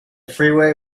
freeway